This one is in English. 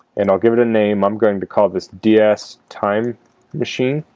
and i'll give it a name, i'm going to call this d s time machine